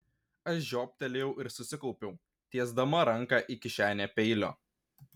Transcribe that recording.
aš žioptelėjau ir susikaupiau tiesdama ranką į kišenę peilio